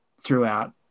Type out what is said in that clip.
throughout